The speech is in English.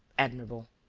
admirable!